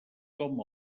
com